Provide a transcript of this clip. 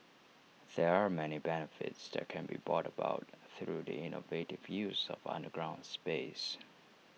there are many benefits that can be brought about through the innovative use of underground space